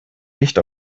nicht